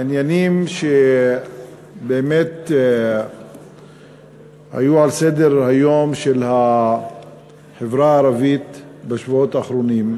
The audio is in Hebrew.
לעניינים שבאמת היו על סדר-היום של החברה הערבית בשבועות האחרונים,